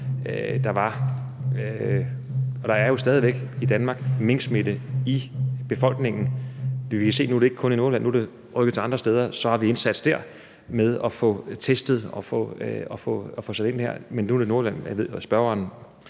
der er jo stadig væk i Danmark minksmitte i befolkningen. Vi kan se, at det ikke kun er i Nordjylland, men nu er det rykket til andre steder, og så har vi en indsats med at få testet og få sat ind der. Men nu er det Nordjylland, som spørgeren